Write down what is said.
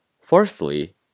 firstly